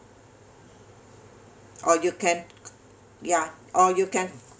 or you can ya or you can